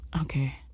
Okay